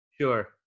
Sure